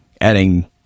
Adding